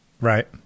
Right